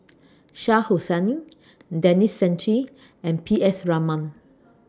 Shah Hussain Denis Santry and P S Raman